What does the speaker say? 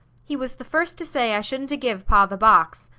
he was the first to say i shouldn't a-give pa the box.